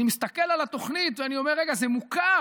אני מסתכל על התוכנית ואני אומר: רגע, זה מוכר.